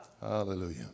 Hallelujah